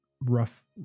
rough